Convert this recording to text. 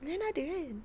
liana ada kan